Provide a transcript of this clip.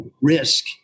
risk